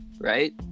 right